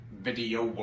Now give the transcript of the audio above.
video